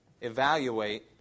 Evaluate